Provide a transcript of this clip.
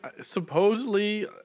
supposedly